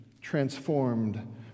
transformed